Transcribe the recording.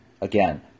Again